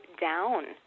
down